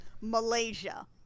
Malaysia